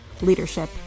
leadership